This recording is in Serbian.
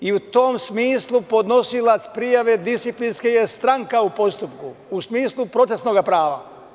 U tom smislu podnosilac disciplinske prijave je stranka u postupku, u smislu procesnog prava.